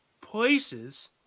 places